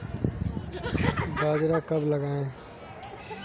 बाजरा कब लगाएँ?